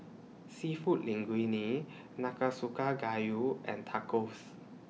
Seafood Linguine Nanakusa Gayu and Tacos